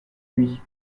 lui